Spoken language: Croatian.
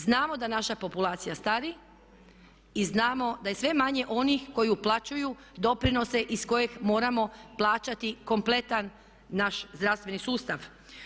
Znamo da naša populacija stari i znamo da je sve manje onih koji uplaćuju doprinose iz kojih moramo plaćati kompletan naš zdravstveni sustav.